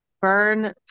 burn